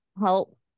help